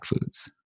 foods